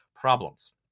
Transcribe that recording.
problems